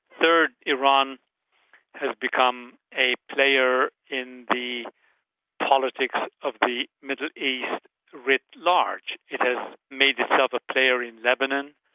third, iran has become a player in the politics of the middle east writ large. it has made itself a player in lebanon,